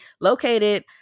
located